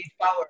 power